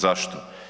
Zašto?